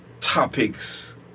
topics